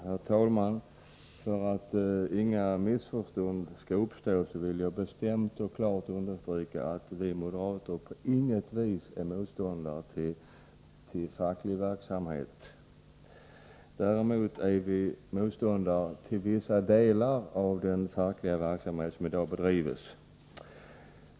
Herr talman! För att inga missförstånd skall uppstå vill jag bestämt och klart understryka att vi moderater på inget vis är motståndare till facklig verksamhet. Däremot är vi motståndare till vissa delar av den fackliga verksamhet som i dag bedrivs.